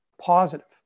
positive